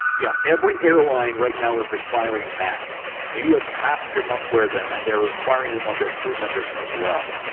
yeah. every airline right now is requiring masks. you as a passenger must wear them, and they're requiring them of their crew members as well.